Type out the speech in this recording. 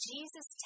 Jesus